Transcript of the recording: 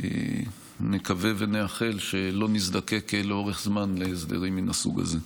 נקווה ונאחל שלא נזדקק לאורך זמן להסדרים מהסוג הזה.